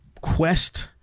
quest